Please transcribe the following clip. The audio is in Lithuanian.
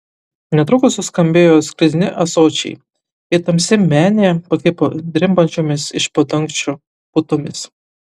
netrukus suskambėjo sklidini ąsočiai ir tamsi menė pakvipo drimbančiomis iš po dangčiu putomis